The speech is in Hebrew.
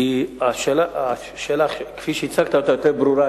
כי השאלה כפי שהצגת אותה יותר ברורה.